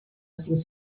cinc